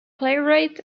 playwright